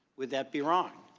would that be wrong?